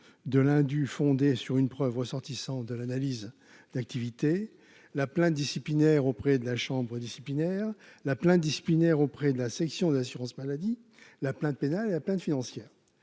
de l'Hindu fondé sur une preuve ressortissants de l'analyse d'activité, la plainte disciplinaire auprès de la chambre disciplinaire la plein disciplinaire auprès de la section de l'assurance maladie, la plainte pénale il y a plein de financière,